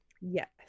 Yes